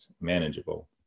manageable